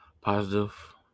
positive